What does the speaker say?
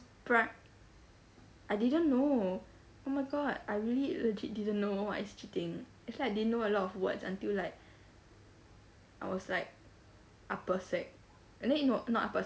pri~ I didn't know oh my god I really legit didn't know what's cheating actually I didn't know a lot of words until like I was like upper sec and then it w~ no not upper